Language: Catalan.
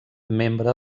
membre